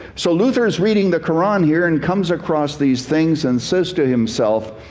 so luther is reading the quran here and comes across these things. and says to himself,